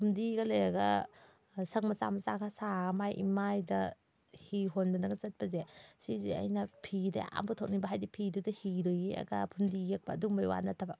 ꯐꯨꯝꯗꯤꯒ ꯂꯩꯔꯒ ꯁꯪ ꯃꯆꯥ ꯃꯆꯥꯒ ꯁꯥꯔꯒ ꯃꯥꯏ ꯏꯃꯥꯏꯗ ꯍꯤ ꯍꯣꯟꯗꯅꯒ ꯆꯠꯄꯁꯦ ꯁꯤꯁꯦ ꯑꯩꯅ ꯐꯤꯗ ꯌꯥꯝ ꯄꯨꯊꯣꯛꯅꯤꯡꯕ ꯍꯥꯏꯗꯤ ꯐꯤꯗꯣ ꯌꯦꯛꯑꯒ ꯐꯨꯝꯗꯤ ꯌꯦꯛꯄ ꯑꯗꯨꯝꯕꯩ ꯋꯥ ꯅꯠꯇꯕ